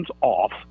off